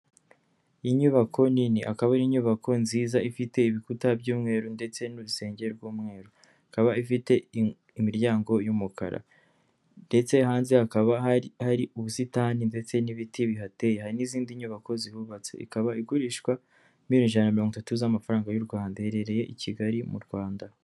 Inyubako nini. Akaba ari inyubako nziza ifite ibikuta by'umweru ndetse n'urusenge rw'umweru. Ikaba ifite imiryango y'umukara. Ndetse hanze hakaba hari ubusitani ndetse n'ibiti bihateye. Hari n'izindi nyubako zihubatse. Ikaba igurishwa miliyoni ijana na mirongo itatu z'amafaranga y'u Rwanda. Iherereye i Kigali mu Rwanda.